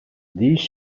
these